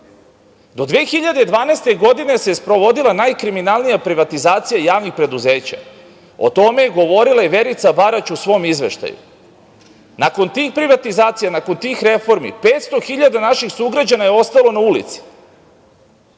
Do 2012. godine se sprovodila najkriminalnija privatizacija javnih preduzeća. O tome je govorila i Verica Barać u svom izveštaju. Nakon tih privatizacija, nakon tih reformi, 500 hiljada naših sugrađana je ostalo na ulici.